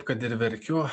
kad ir verkiu